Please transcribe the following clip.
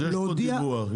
אז יש פה דיווח.